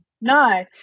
No